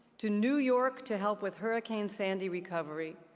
to new york to help with hurricane sandy recovery,